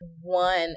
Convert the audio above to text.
one